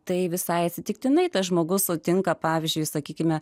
tai visai atsitiktinai tas žmogus sutinka pavyzdžiui sakykime